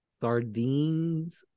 sardines